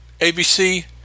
ABC